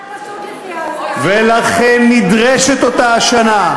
לכן נדרשת אותה שנה,